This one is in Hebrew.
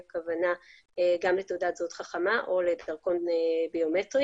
הכוונה גם לתעודת זהות חכמה או לדרכון ביומטרי